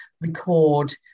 record